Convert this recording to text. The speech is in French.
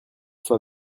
soi